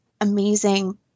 amazing